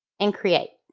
and create